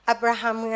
Abraham